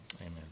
Amen